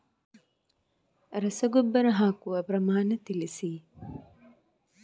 ರಸಗೊಬ್ಬರ ಹಾಕುವ ಪ್ರಮಾಣ ತಿಳಿಸಿ